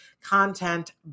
content